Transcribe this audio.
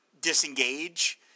disengage –